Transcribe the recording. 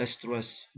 stress